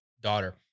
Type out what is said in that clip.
daughter